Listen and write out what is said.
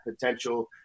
potential